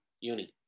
uni